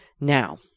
Now